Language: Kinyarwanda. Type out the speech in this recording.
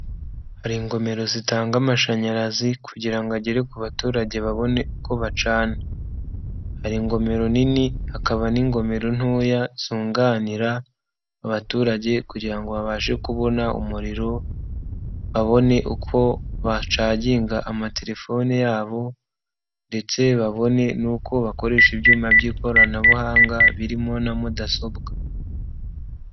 Hari ingomero zitanga amashanyarazi kugira ngo agere ku baturage babone uko bacana, hari ingomero nini hakaba n'ingomero ntoya zunganira abaturage kugira ngo babashe kubona umuriro, babone uko bacagiga amatelefoni yabo, ndetse babone n'uko bakoresha ibyuma by'ikoranabuhanga birimo na mudasobwa.